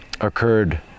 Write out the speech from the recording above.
occurred